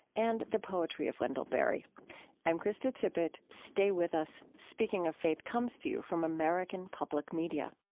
and the poetry of wendell berry i'm krista tippett. stay with us. speaking of faith comes to you from american public media